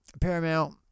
Paramount